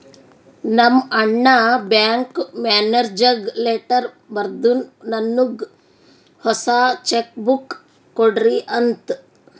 ನಮ್ ಅಣ್ಣಾ ಬ್ಯಾಂಕ್ ಮ್ಯಾನೇಜರ್ಗ ಲೆಟರ್ ಬರ್ದುನ್ ನನ್ನುಗ್ ಹೊಸಾ ಚೆಕ್ ಬುಕ್ ಕೊಡ್ರಿ ಅಂತ್